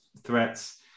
threats